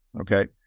okay